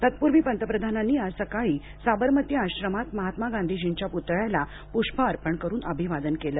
तत्पूर्वी पंतप्रधानांनी आज सकाळी साबरमती आश्रमात महात्मा गांधीजींच्या पुतळ्याला पुष्प अर्पण करून अभिवादन केलं